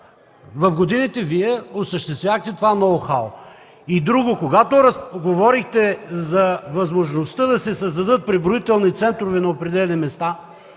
В годините Вие осъществявахте това ноу-хау. И друго. Когато говорехте за възможността да се създадат преброителни центрове на определени места